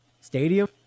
Stadium